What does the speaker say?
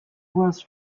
was